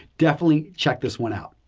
definitely check this one out.